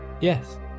Yes